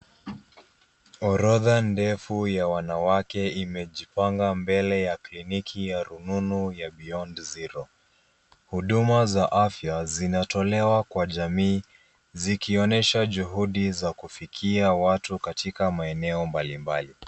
Orodha ndefu ya wanawake imejipanga mbele ya kliniki ya rununu ya beyond zero , huduma za afya zinatolewa kwa jamii zikionyesha juhudi za kufikia watu katika maeneo mbalimbali.